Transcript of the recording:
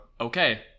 okay